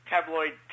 tabloid